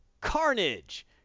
Carnage